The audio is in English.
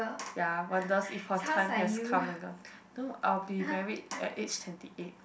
ya wonders if her turn has come and gone no I'll be married at age twenty eight